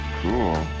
Cool